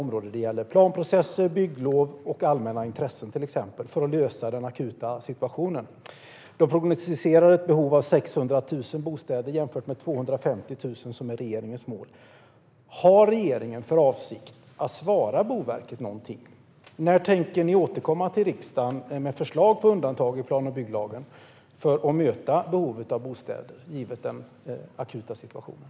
Det gäller till exempel planprocesser, bygglov och allmänna intressen för att lösa den akuta situationen. De prognostiserar ett behov av 600 000 bostäder jämfört med 250 000, som är regeringens mål. Har regeringen för avsikt att svara Boverket någonting? När tänker regeringen återkomma till riksdagen med förslag på undantag i plan och bygglagen för att möta behovet av bostäder, givet den akuta situationen?